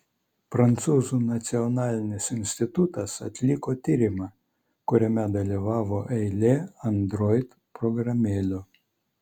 prancūzų nacionalinis institutas atliko tyrimą kuriame dalyvavo eilė android programėlių